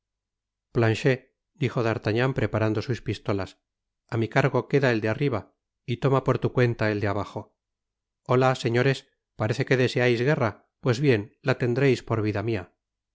planchet dijo d'artagnan preparando sus pistolas á mi cargo queda el de arriba y toma por tu cuenta et de abajo ola señores parece que deseais guerra pues bien la tendreis por vida mia